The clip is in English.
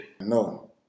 no